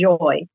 joy